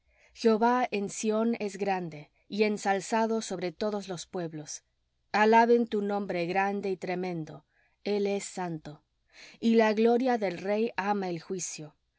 jehová en sión es grande y ensalzado sobre todos los pueblos alaben tu nombre grande y tremendo el es santo y la gloria del rey ama el juicio tú